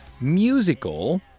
Musical